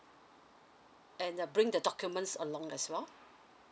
and uh bring the documents along as well